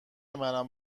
منم